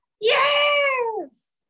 Yes